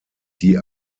die